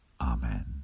Amen